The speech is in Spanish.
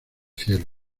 cielo